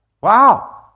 Wow